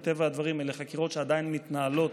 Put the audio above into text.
מטבע הדברים אלה חקירות שעדיין מתנהלות,